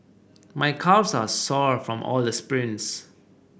my calves are sore from all the sprints